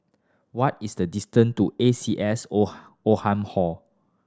what is the distance to A C S Old Oldham Hall